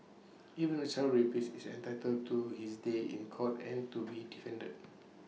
even A child rapist is entitled to his day in court and to be defended